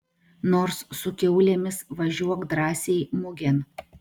nors su kiaulėmis važiuok drąsiai mugėn